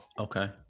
Okay